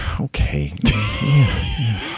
okay